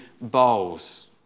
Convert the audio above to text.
bowls